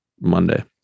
Monday